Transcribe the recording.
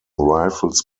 rifles